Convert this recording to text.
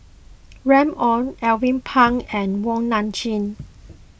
Remy Ong Alvin Pang and Wong Nai Chin